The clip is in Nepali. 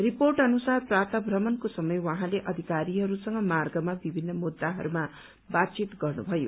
रिपोर्ट अनुसार प्रातः भ्रमणको समय उहाँले अधिकारीहरूसँग मार्गमा विभित्र मुद्दामा बातचित गर्नुभयो